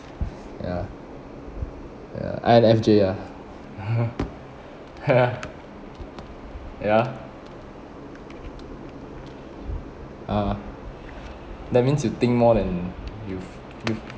ya ya I_N_F_J ah ya ya ah that means you think more than you you